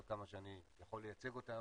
עד כמה שאני יכול לייצג אותם,